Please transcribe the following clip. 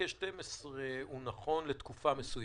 חלוקה על פי 1/12 נכונה לתקופה מסוימת.